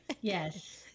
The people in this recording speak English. yes